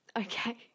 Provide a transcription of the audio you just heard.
okay